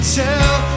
tell